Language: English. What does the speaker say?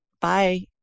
Bye